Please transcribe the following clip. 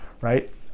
right